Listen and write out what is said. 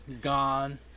gone